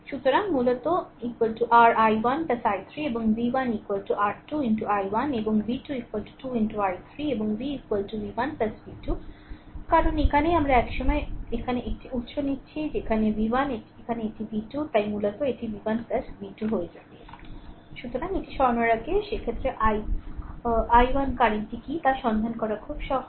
সুতরাং মূলত r i1 i3 এবং v1 r 2 i1 এবং v2 2 i3 এবং v v1 v2 কারণ এখানেই আমরা এক সময় এখানে একটি উত্স নিচ্ছি এটি এখানে v1 এখানে এটি v 2 তাই মূলত এটি v1 v2 হয়ে যাবে সুতরাং এটি সরানোর আগে সুতরাং এক্ষেত্রে আই 1 কারেন্টটি কী তা সন্ধান করা খুব সহজ